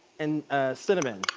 and cinnamon.